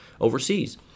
overseas